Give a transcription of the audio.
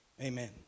Amen